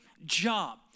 Job